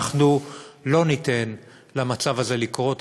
אנחנו לא ניתן למצב הזה לקרות.